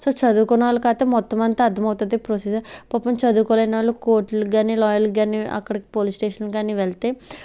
so చదువుకున్న వాళ్ళకి అయితే మొత్తం అంత అర్ధం అవుతది ప్రొసీజర్ పాపం చదువుకోలేని వాళ్ళు కోర్టులకి గాని లాయర్లకి గాని అక్కడికి పోలీస్ స్టేషన్లకి కాని వెళ్తే